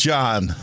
John